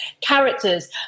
characters